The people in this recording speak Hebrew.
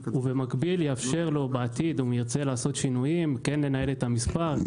ובמקביל יאפשר לו בעתיד אם ירצה לעשות שינויים כן לנייד את המספר,